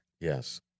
Yes